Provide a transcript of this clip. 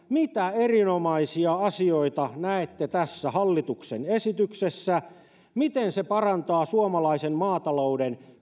mitä erinomaisia asioita näette tässä hallituksen esityksessä miten se parantaa suomalaisen maatalouden